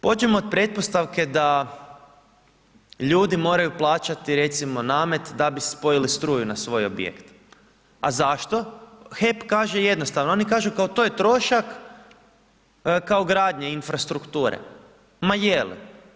Pođimo od pretpostavke da ljudi moraju plaćati recimo namet da bi se spojili struju na svoj objekt, a zašto, HEP kaže jednostavno, oni kažu kao to je trošak kao gradnje, infrastrukture, ma je li?